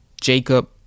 Jacob